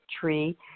tree